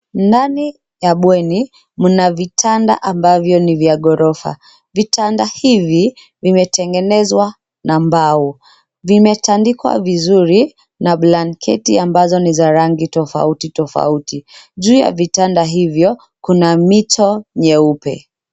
Ndani ya bweni mna vitanda ambavyo ni vya ghorofa. Vitanda hivi vimetengenezwa na mbao, vimetandikwa vizuri na blanketi ambazo ni za rangi tofauti tofauti. Juu ya vitanda hivyo, kuna mito nyeupe.